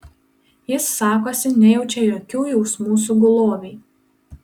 jis sakosi nejaučia jokių jausmų sugulovei